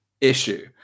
issue